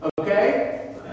okay